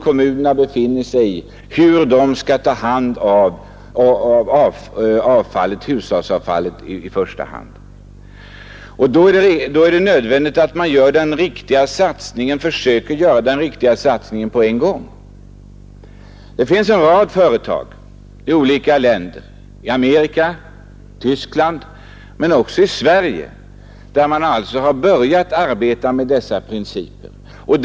Deras problem är omhändertagandet av avfallet, hushållsavfallet i första hand. Då är det nödvändigt att på en gång göra den riktiga satsningen. Det finns i olika länder en rad företag — i Amerika och Tyskland men också i Sverige — som börjat arbeta efter de principer jag nämnt.